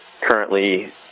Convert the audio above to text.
currently